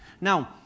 Now